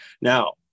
Now